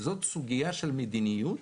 זאת סוגיה של מדיניות,